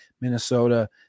Minnesota